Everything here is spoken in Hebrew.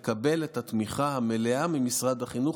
בכך לקבל את התמיכה המלאה ממשרד החינוך